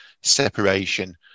separation